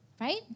right